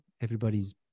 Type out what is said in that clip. everybody's